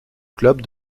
club